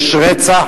יש רצח,